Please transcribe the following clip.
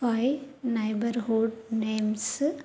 my neighborhood names